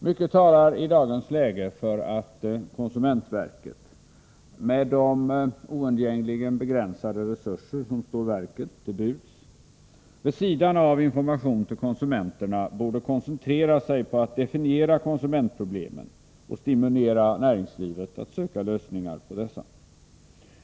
Mycket talar i dagens läge för att konsumentverket, med de oundgängligen begränsade resurser som står verket till buds, vid sidan av information till konsumenterna borde koncentrera sig på att definiera konsumentproblemen och stimulera näringslivet att söka lösningar på dessa.